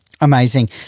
Amazing